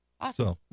awesome